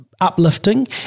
uplifting